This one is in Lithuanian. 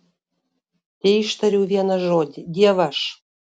teištariau vieną žodį dievaž